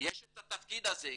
שיש את התפקיד הזה,